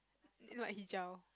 never mind he jiao